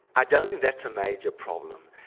i don't think that's a major problem.